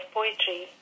Poetry